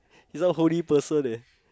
he's some holy person leh